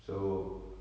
so